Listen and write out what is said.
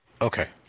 okay